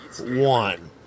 one